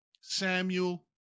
Samuel